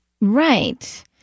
Right